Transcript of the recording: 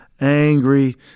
angry